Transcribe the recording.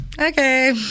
okay